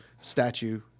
statue